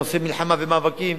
עושה מלחמה ומאבקים,